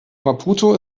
maputo